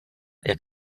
jak